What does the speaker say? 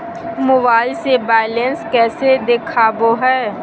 Mobile से balance कैसे देखाबो है?